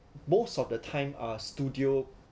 most of the time uh studio